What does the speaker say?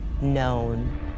known